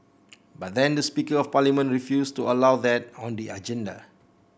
but then the speaker of parliament refused to allow that on the agenda